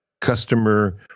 customer